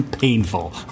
Painful